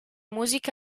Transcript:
musica